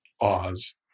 Oz